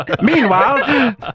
Meanwhile